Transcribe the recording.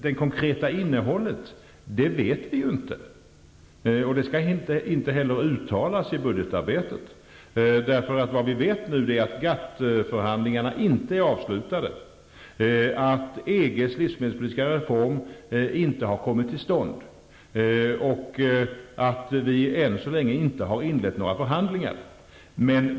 Det konkreta innehållet känner vi inte till, och det skall inte heller uttalas i budgetarbetet. Vad vi vet är att GATT-förhandlingarna inte är avslutade, att EG:s livsmedelspolitiska reform inte har kommit till stånd och att vi ännu så länge inte har inlett några förhandlingar.